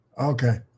Okay